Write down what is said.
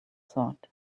sword